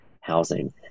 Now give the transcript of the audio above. housing